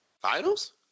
Finals